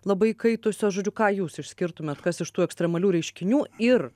labai įkaitusios žodžiu ką jūs išskirtumėt kas iš tų ekstremalių reiškinių ir